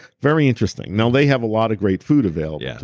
very interesting now, they have a lot of great food available. yeah